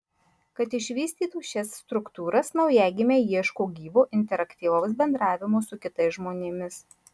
kad išvystytų šias struktūras naujagimiai ieško gyvo interaktyvaus bendravimo su kitais žmonėmis